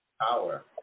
Power